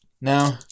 Now